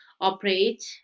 operate